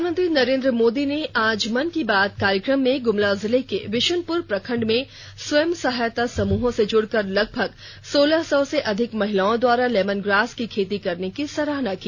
प्रधानमंत्री नरेन्द्र मोदी ने आज मन की बात कार्यक्रम में ग्रमला जिले के बिशुनपुर प्रखंड में स्वय सहायता समूहों से जुड़कर लगभग सोलह सौ से अधिक महिलाओं द्वारा लैमन ग्रास की खेती करने की सराहना की